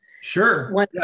Sure